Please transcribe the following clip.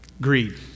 Greed